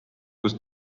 kus